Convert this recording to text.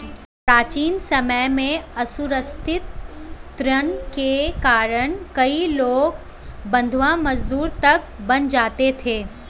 प्राचीन समय में असुरक्षित ऋण के कारण कई लोग बंधवा मजदूर तक बन जाते थे